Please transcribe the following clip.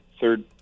third